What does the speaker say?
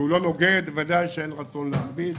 שלא נוגד, בוודאי אין רצון להכביד.